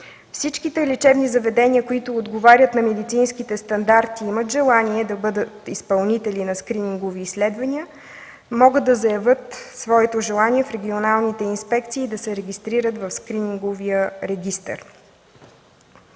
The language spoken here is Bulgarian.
Всичките лечебни заведения, които отговарят на медицинските стандарти и имат желание да бъдат изпълнители на скринингови изследвания, могат да заявят своето желание пред регионалните инспекции и да се регистрират в скрининговия регистър.